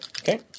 Okay